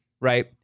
right—